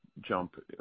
jump